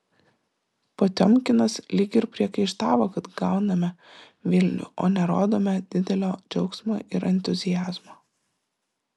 potiomkinas lyg ir priekaištavo kad gauname vilnių o nerodome didelio džiaugsmo ir entuziazmo